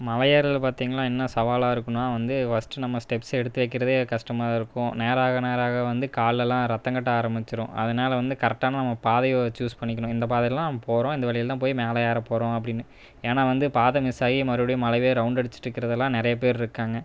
மலை ஏறுறதில் பார்த்திங்கன்னா என்ன சவாலாக இருக்குன்னா வந்து ஃபர்ஸ்ட்டு நம்ப ஸ்டெப்ஸு எடுத்து வைக்கிறதே கஷ்டமாக இருக்கும் நேராக நேராக வந்து கால் எல்லாம் ரத்தம் கட்ட ஆரமிச்சிரும் அதனால் வந்து கரெட்டான பாதையை சூஸ் பண்ணிக்கணும் இந்த பாதைலாம் போகிறோம் இந்த வழியில தான் போய் மேலே ஏற போகிறோம் அப்படின்னு ஏன்னா வந்து பாதை மிஸ்ஸாயி மறுப்டியும் மலையே ரவுண்ட் அடிச்சிகிட்டு இருக்கிறதுலாம் நிறையா பேர் இருக்காங்க